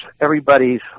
everybody's